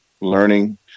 learning